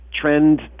trend